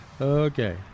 Okay